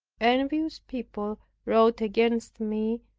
envious people wrote against me,